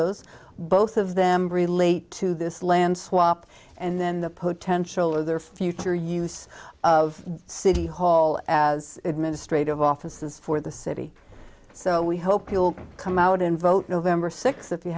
those both of them relate to this land swap and then the potential of their future use of city hall as administrative offices for the city so we hope you'll come out and vote november sixth if you